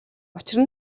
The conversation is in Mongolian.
учир